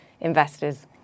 investors